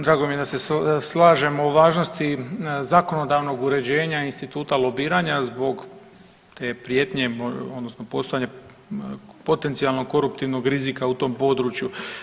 Drago mi je da se slažemo o važnosti zakonodavnog uređenja instituta lobiranja zbog te prijetnje, odnosno postojanja potencijalno koruptivnog rizika u tom području.